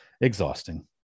exhausting